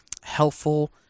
helpful